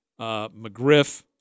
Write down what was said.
McGriff